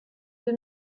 deux